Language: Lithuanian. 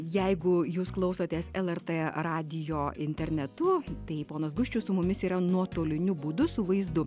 jeigu jūs klausotės lrt radijo internetu tai ponas guščius su mumis yra nuotoliniu būdu su vaizdu